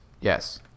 yes